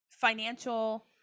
financial